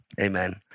Amen